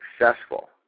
successful